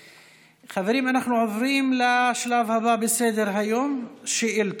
חברים, אנחנו עוברים לשלב הבא בסדר-היום, שאילתות.